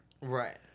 Right